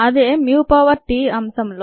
అదే μT అంశంలో